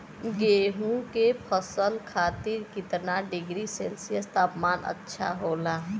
गेहूँ के फसल खातीर कितना डिग्री सेल्सीयस तापमान अच्छा होला?